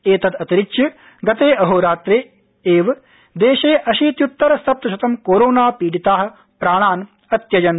एतद् अतिरिच्य गते अहोरात्रे एव देशे अशीत्युत्तर सप्त शतं कोरोणा पीडिता प्राणान् अत्यजन्